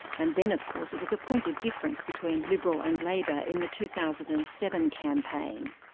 and then of course it was a point of difference between liberal and labor in the two thousand and seven campaign.